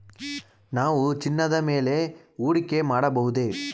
ನಾವು ಚಿನ್ನದ ಮೇಲೆ ಹೂಡಿಕೆ ಮಾಡಬಹುದೇ?